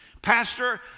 Pastor